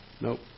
Nope